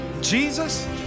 Jesus